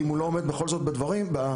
ואם הוא לא עומד בכל זאת ברף שנקבע,